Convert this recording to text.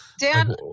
Dan